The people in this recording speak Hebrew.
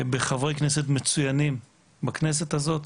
בחברי כנסת מצוינים בכנסת הזאת,